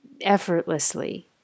effortlessly